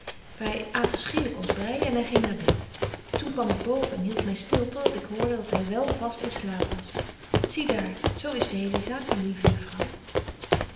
wy aten schielyk onze bry en hy ging naar bed toen kwam ik boven en hield my stil tot dat ik hoorde dat hy wel vast in slaap was zie daar zo is de hele zaak myn lieve juffrouw